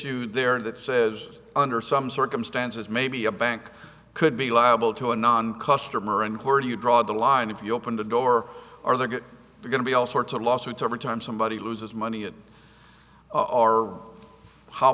you there that says under some circumstances maybe a bank could be liable to a non customer and where you draw the line if you open the door or there get going to be all sorts of lawsuits every time somebody loses money at our how